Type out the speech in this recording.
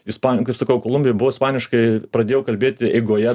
ispani kaip sakau kolumbijoj buvo ispaniškai pradėjau kalbėti eigoje